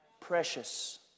precious